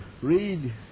read